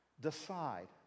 decide